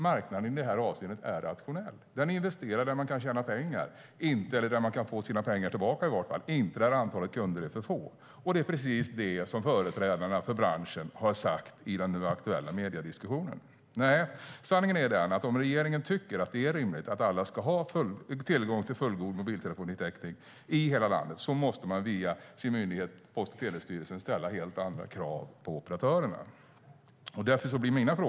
Marknaden i det avseendet är rationell. Den investerar där den kan tjäna pengar, eller i alla fall kan få pengar tillbaka, inte där antalet kunder är för få. Det är precis det som företrädarna för branschen har sagt i den aktuella mediediskussionen. Sanningen är den att om regeringen tycker att det är rimligt att alla ska ha tillgång till fullgod mobiltelefonitäckning i hela landet måste man via sin myndighet Post och telestyrelsen ställa helt andra krav på operatörerna.